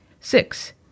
Six